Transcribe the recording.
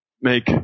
make